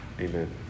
Amen